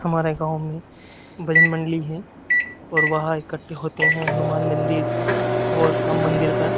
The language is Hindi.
हमारे गाँव में भजन मंडली है और वहा इकठ्ठे होते हैं हनुमान मंदिर और हम मंदिर पर